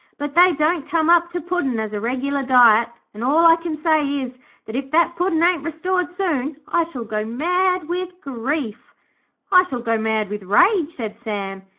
but they don't come up to puddin as a regular diet, and all i can say is, that if that puddin' ain't restored soon i shall go mad with grief i shall go mad with rage said sam,